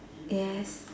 yes